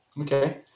Okay